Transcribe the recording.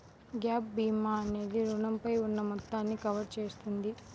gap భీమా అనేది రుణంపై ఉన్న మొత్తాన్ని కవర్ చేస్తుంది